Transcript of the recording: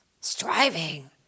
striving